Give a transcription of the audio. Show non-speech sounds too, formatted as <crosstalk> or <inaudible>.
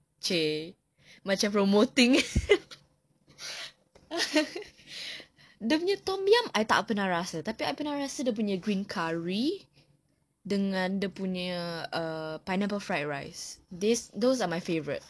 !chey! macam promoting <laughs> dia punya tom yum I tak pernah rasa tapi I pernah rasa dia punya green curry dengan dia punya err pineapple fried rice these those are my favourite